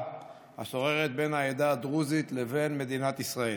השוררת בין העדה הדרוזית לבין מדינת ישראל,